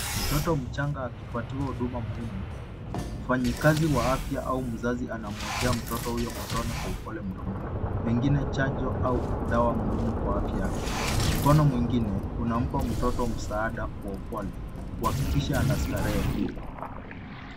Mtoto mchanga akipatiwa huduma muhimu. Mfanyakazi wa afya au mzazi anamwekea mtoto huyo matone kwa upole mdomoni pengine chanjo au dawa muhimu kwa afya yake. Mkono mwingine unampa mtoto msaada kwa upole kuhakikisha anastarehe.